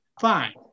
fine